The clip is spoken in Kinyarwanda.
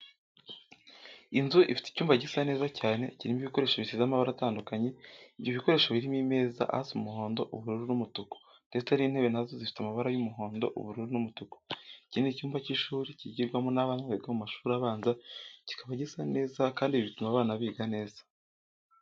Inzu ifite icyumba gisa neza cyane, kirimo ibikoresho bisize amabara atandukanye. Ibyo bikoresho birimo imeza asa umuhondo, ubururu n'umutuku ndetse n'intebe na zo zifite amabara y'umuhondo, ubururu n'umutuku. Iki ni icyumba cy'ushuri kigirwamo n'abana biga mu mashuri abanza, kiba gisa neza kandi ibi bituma abana biga neza.